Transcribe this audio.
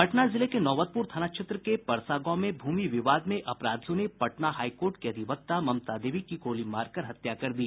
पटना जिले के नौबतपुर थाना क्षेत्र के परसा गांव में भूमि विवाद में अपराधियों ने पटना हाईकोर्ट की अधिवक्ता ममता देवी की गोली मारकर हत्या कर दी